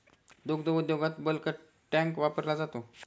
दुग्ध उद्योगात bulk tank वापरला जातो